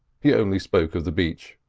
he only spoke of the beach.